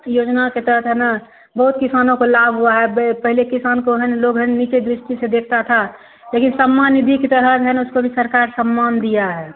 योजना के तहत है ना बहुत किसानों को लाभ हुआ है पहले किसान को है ना लोग है ना नीची दृष्टि से देखता था लेकिन सम्मान निधि की तरह है ना सरकार सम्मान दिया है